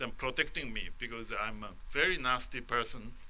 um protecting me because i'm a very nasty person